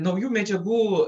naujų medžiagų